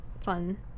fun